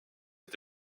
est